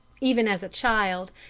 even as a child,